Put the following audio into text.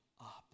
up